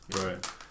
right